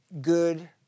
good